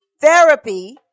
therapy